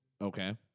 Okay